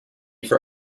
for